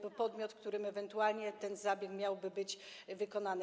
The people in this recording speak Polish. czy podmiot, w którym ewentualnie ten zabieg miałby być wykonany.